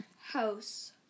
house